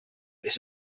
this